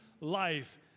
life